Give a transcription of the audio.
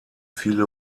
viele